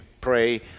pray